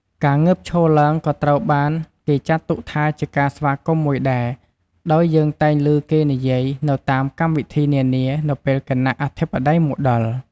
ការងើបឈរឡើងក៏ត្រូវបានគេចាត់ទុកថាជាការស្វាគមន៍មួយដែរ ដោយយើងតែងឮគេនិយាយនៅតាមកម្មវិធីនានានៅពេលគណៈអធិបតីមកដល់។